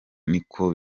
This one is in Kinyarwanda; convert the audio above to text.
niko